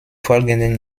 folgenden